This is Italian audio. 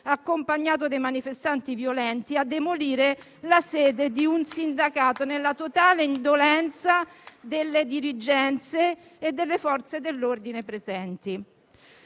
accompagnato manifestanti violenti a demolire la sede di un sindacato, nella totale indolenza delle dirigenze e delle Forze dell'ordine presenti.